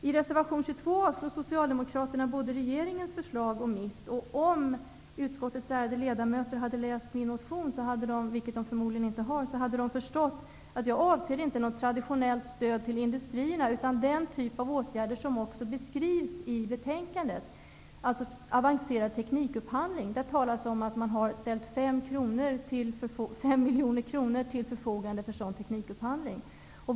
I reservation 22 avvisar Socialdemokraterna både regeringens och mitt förslag. Om utskottets ärade ledamöter hade läst min motion -- vilket de förmodligen inte har -- hade de förstått att jag inte avser något traditionellt stöd till industrierna, utan den typ av åtgärder som också beskrivs i betänkandet, dvs. avancerad teknikupphandling. Det talas om att man har ställt 5 miljoner kronor till förfogande för sådan teknikupphandling.